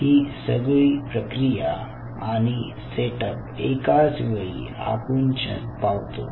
ही सगळी प्रक्रिया आणि सेटप एकाच वेळी आकुंचन पावतो